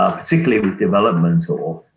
ah particularly with development ore,